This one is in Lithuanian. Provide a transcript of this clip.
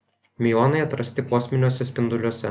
miuonai atrasti kosminiuose spinduoliuose